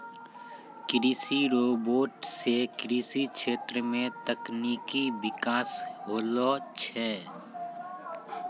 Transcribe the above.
कृषि रोबोट सें कृषि क्षेत्र मे तकनीकी बिकास होलो छै